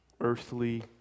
earthly